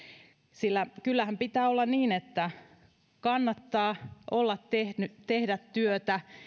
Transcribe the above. sillä kyllähän pitää olla niin että kannattaa tehdä työtä